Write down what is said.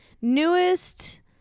Newest